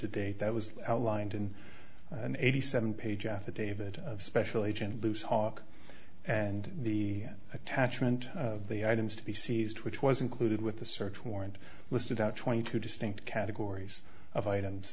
date that was outlined in an eighty seven page affidavit of special agent loose talk and the attachment of the items to be seized which was included with the search warrant listed out twenty two dollars distinct categories of items